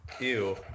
Ew